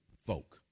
folk